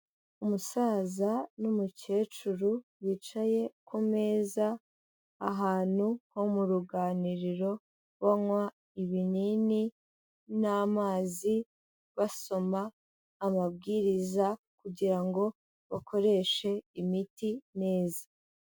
Umusaza n'umukecuru bicaye ku meza ahantu ho mu ruganiriro banywa ibinini n'amazi, basoma amabwiriza kugira ngo bakoreshe imiti neza.